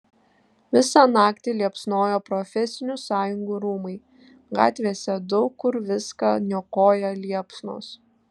visą naktį liepsnojo profesinių sąjungų rūmai gatvėse daug kur viską niokoja liepsnos